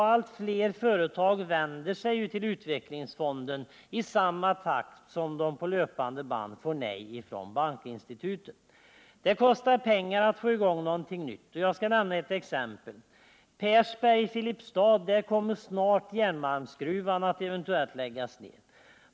Allt fler företag vänder sig nu till Utvecklingsfonden i samma takt som de på löpande band får nej från bankinstituten. Det kostar pengar att få i gång något nytt. Jag skall nämna ett exempel. I Persberg i Filipstads kommun kommer snart järnmalmsgruvan eventuellt att läggas ned.